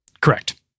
Correct